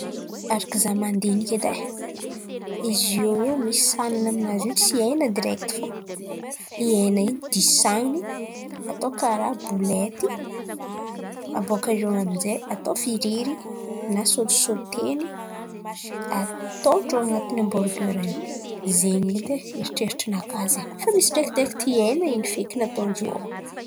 Arakan̈y zah mandinika edy ai, izy eo io misy san̈any aminazy io tsy hena direkty fa i hena io disan̈in̈y avô atao karà bolety, abôka eo amizay atao firiry na sôtisôten̈y, ataon̈drô an̈aty ambiorger io. Zen̈y edy ai, eritreritrinaka zen̈y. Fa misy ndraiky direkty hena in̈y feky ataon̈drô ao.